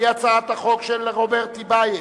הצעת החוק של רוברט טיבייב,